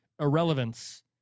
irrelevance